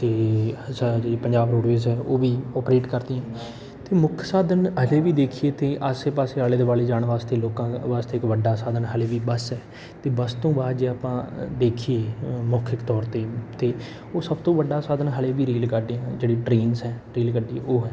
ਅਤੇ ਸਾਰੀ ਪੰਜਾਬ ਰੋਡਵੇਜ਼ ਹੈ ਉਹ ਵੀ ਓਪਰੇਟ ਕਰਤੀ ਅਤੇ ਮੁੱਖ ਸਾਧਨ ਅਜੇ ਵੀ ਦੇਖੀਏ ਤਾਂ ਆਸੇ ਪਾਸੇ ਆਲੇ ਦੁਆਲੇ ਜਾਣ ਵਾਸਤੇ ਲੋਕਾਂ ਵਾਸਤੇ ਇੱਕ ਵੱਡਾ ਸਾਧਨ ਹਾਲੇ ਵੀ ਬੱਸ ਹੈ ਅਤੇ ਬੱਸ ਤੋਂ ਬਾਅਦ ਜੇ ਆਪਾਂ ਦੇਖੀਏ ਮੌਖਿਕ ਤੌਰ 'ਤੇ ਤਾਂ ਉਹ ਸਭ ਤੋਂ ਵੱਡਾ ਸਾਧਨ ਹਾਲੇ ਵੀ ਰੇਲ ਗੱਡੀਆਂ ਜਿਹੜੀ ਟ੍ਰੇਨਸ ਹੈ ਰੇਲ ਗੱਡੀ ਉਹ ਹੈ